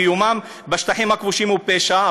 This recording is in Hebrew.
קיומם בשטחים הכבושים הוא פשע,